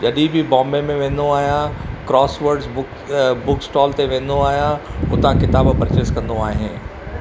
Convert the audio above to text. जॾहिं बि बॉम्बे में वेंदो आहियां क्रोसवर्ड्स बुक बुक स्टॉल ते वेंदो आहियां हुतां किताब पर्चेस कंदो आहे